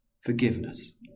Forgiveness